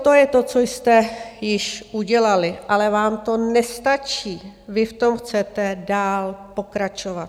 To je to, co jste již udělali, ale vám to nestačí, vy v tom chcete dál pokračovat.